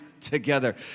together